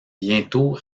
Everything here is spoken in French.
bientôt